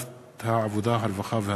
תודה.